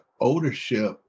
ownership